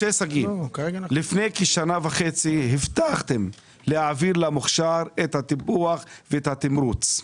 לפני כשנה וחצי הבטחתם להעביר למוכשר את הטיפוח והתמרוץ.